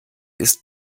ist